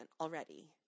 already